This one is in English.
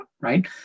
right